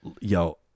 Yo